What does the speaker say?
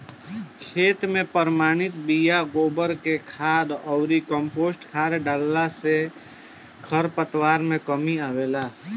खेत में प्रमाणित बिया, गोबर के खाद अउरी कम्पोस्ट खाद डालला से खरपतवार में कमी आवेला